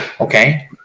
Okay